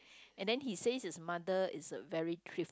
and then he says his mother is a very thrift